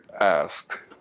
asked